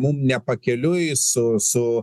mum ne pakeliui su su